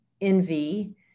envy